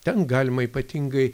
ten galima ypatingai